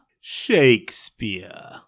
Shakespeare